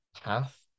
path